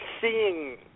seeing